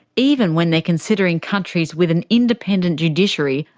even when they're considering countries with an independent judiciary,